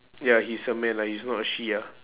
ya he's a man ah he's not a she ah